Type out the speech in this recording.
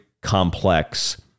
complex